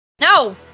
No